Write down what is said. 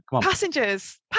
passengers